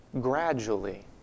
gradually